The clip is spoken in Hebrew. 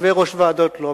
יושבי-ראש ועדות לא,